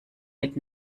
mit